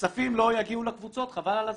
הכספים לא יגיעו לקבוצות, חבל על הזמן,